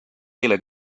eile